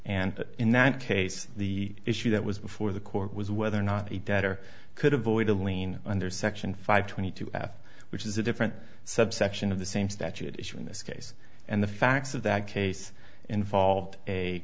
and in that case the issue that was before the court was whether or not a better could avoid a lien under section five twenty two f which is a different subsection of the same statute issue in this case and the facts of that case involved a